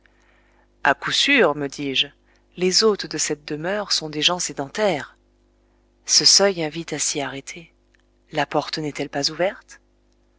à coup sûr me dis-je les hôtes de cette demeure sont des gens sédentaires ce seuil invite à s'y arrêter la porte n'est-elle pas ouverte